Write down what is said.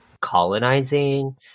colonizing